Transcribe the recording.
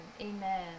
amen